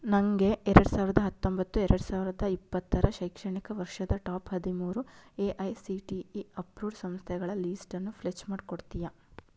ನನಗೆ ಎರಡು ಸಾವಿರದ ಹತ್ತೊಂಬತ್ತು ಎರಡು ಸಾವಿರದ ಇಪ್ಪತ್ತರ ಶೈಕ್ಷಣಿಕ ವರ್ಷದ ಟಾಪ್ ಹದಿಮೂರು A I C T E approved ಸಂಸ್ಥೆಗಳ ಲೀಸ್ಟನ್ನು ಫ್ಲೆಚ್ ಮಾಡ್ಕೊಡ್ತಿಯಾ